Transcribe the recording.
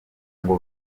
ngo